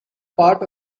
part